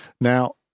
Now